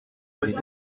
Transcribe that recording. voulait